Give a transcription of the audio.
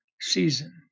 season